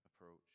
approach